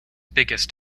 biggest